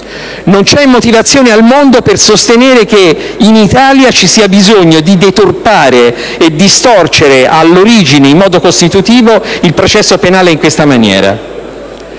Non c'è motivazione al mondo per sostenere che in Italia ci sia bisogno di deturpare e distorcere all'origine, in modo costitutivo, il processo penale in questa maniera.